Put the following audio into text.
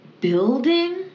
building